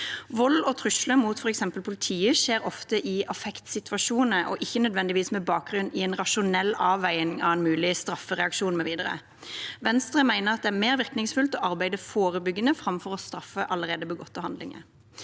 mot f.eks. politiet skjer ofte i affektsituasjoner og ikke nødvendigvis med bakgrunn i en rasjonell avveining av mulig straffereaksjon mv. Venstre mener at det er mer virkningsfullt å arbeide forebyggende framfor å straffe allerede begåtte handlinger.